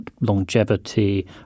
longevity